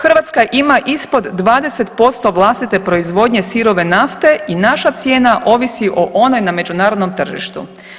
Hrvatska ima ispod 20% vlastite proizvodnje sirove nafte i naša cijena ovisi o onoj na međunarodnom tržištu.